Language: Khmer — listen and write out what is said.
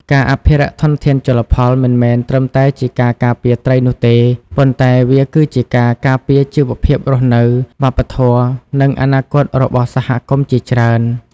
ការអភិរក្សធនធានជលផលមិនមែនត្រឹមតែជាការការពារត្រីនោះទេ ប៉ុន្តែវាគឺជាការការពារជីវភាពរស់នៅ វប្បធម៌ និងអនាគតរបស់សហគមន៍ជាច្រើន។